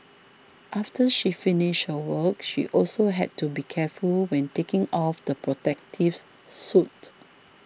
after she finished her work she also had to be careful when taking off the protective suit